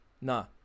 no